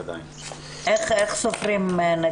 איך סופרים?